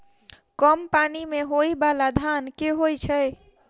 कम पानि मे होइ बाला धान केँ होइ छैय?